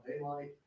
daylight